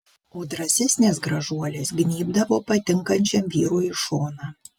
o drąsesnės gražuolės gnybdavo patinkančiam vyrui į šoną